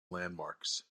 landmarks